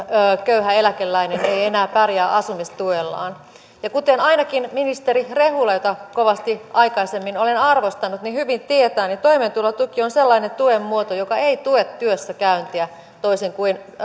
köyhä eläkeläinen ei ei enää pärjää asumistuellaan ja kuten ainakin ministeri rehula jota kovasti aikaisemmin olen arvostanut hyvin tietää niin toimeentulotuki on sellainen tuen muoto joka ei tue työssäkäyntiä toisin kuin